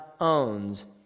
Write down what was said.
owns